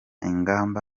ingamba